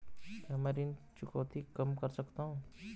क्या मैं ऋण चुकौती कम कर सकता हूँ?